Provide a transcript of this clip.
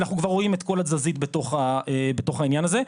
אנחנו כבר רואים את כל התזזית בתוך העניין הזה.